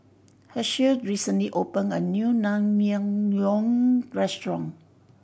Hershel recently opened a new Naengmyeon Restaurant